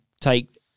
take